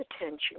attention